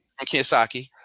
Kiyosaki